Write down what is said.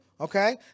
okay